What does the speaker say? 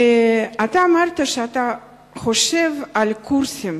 אמרת שאתה חושב על קורסים